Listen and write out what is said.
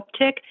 uptick